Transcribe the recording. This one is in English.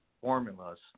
formulas